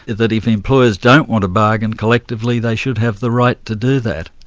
that if employers don't want to bargain collectively, they should have the right to do that.